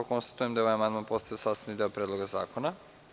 Konstatujem da je ovaj amandman postao sastavni deo Predloga zakona.